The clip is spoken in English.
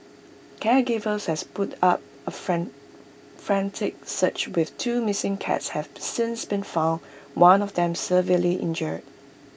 caregivers has put up A frantic search with two missing cats have since been found one of them severely injured